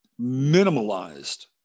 minimalized